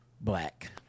black